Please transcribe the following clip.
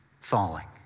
Falling